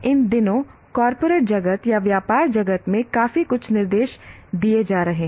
इन दिनों कॉरपोरेट जगत या व्यापार जगत में काफी कुछ निर्देश दिए जा रहे हैं